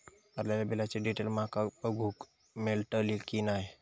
भरलेल्या बिलाची डिटेल माका बघूक मेलटली की नाय?